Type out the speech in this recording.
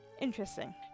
interesting